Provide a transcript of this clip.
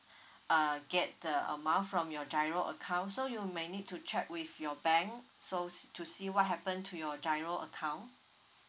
uh get the amount from your GIRO account so you may need to check with your bank so s~ to see what happened to your GIRO account